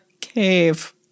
cave